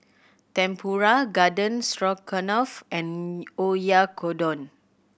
Tempura Garden Stroganoff and Oyakodon